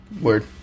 Word